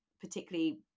particularly